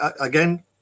again